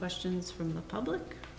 questions from the public